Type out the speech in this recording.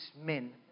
men